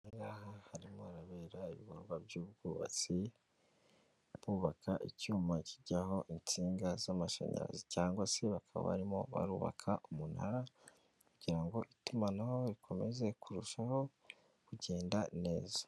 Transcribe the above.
Harimo ababera ibikorwa by'ubwubatsi bubaka icyuma kijyaho insinga z'amashanyarazi cyangwa se bakaba barimo barubaka umunara kugira ngo itumanaho rikomeze kurushaho kugenda neza.